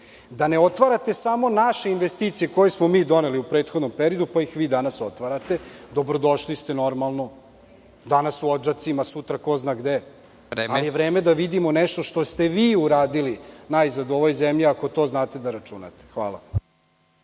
Da ne otvarate samo naše investicije koje smo mi doneli u prethodnom periodu, pa ih vi danas otvarate, dobrodošli ste normalno, danas u Odžacima, sutra ko zna gde, ali je vreme da vidimo nešto što ste vi uradili najzad u ovoj zemlji, ako znate to da računate. Hvala.